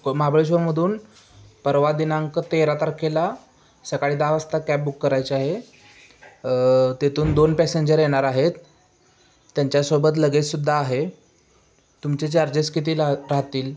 महाबळेश्वरमधून परवा दिनांक तेरा तारखेला सकाळी दहा वाजता कॅब बुक करायचे आहे तिथून दोन पॅसेंजर येणार आहेत त्यांच्यासोबत लगेजसुद्धा आहे तुमचे चार्जेस किती लाह राहतील